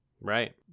Right